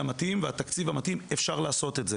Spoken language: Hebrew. המתאים והתקציב המתאים אפשר לעשות את זה.